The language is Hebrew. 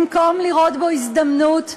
במקום לראות בו הזדמנות,